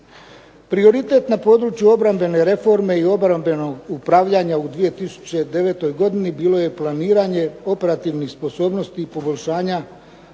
Prioritet na području obrambene reforme i obrambenog upravljanja u 2009. godini bilo je planiranje operativnih sposobnosti i poboljšanja